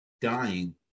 dying